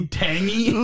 tangy